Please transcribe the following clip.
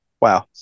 Wow